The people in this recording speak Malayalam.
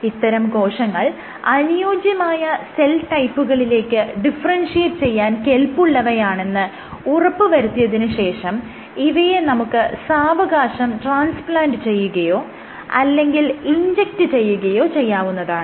ഇത്തരം കോശങ്ങൾ അനുയോജ്യമായ സെൽ ടൈപ്പുകളിലേക്ക് ഡിഫറെൻഷിയേറ്റ് ചെയ്യാൻ കെല്പുള്ളവയാണെന്ന് ഉറപ്പ് വരുത്തിയതിന് ശേഷം ഇവയെ നമുക്ക് സാവകാശം ട്രാൻസ്പ്ലാന്റ് ചെയ്യുകയോ അല്ലെങ്കിൽ ഇൻജെക്റ്റ് ചെയ്യുകയോ ചെയ്യാവുന്നതാണ്